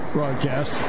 broadcast